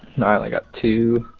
nine like ah two